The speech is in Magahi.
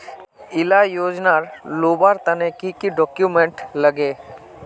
इला योजनार लुबार तने की की डॉक्यूमेंट लगे?